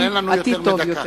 אבל אין לנו יותר מדקה.